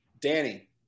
Danny